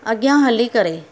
अॻियां हली करे